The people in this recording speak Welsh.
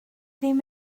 ddim